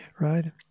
right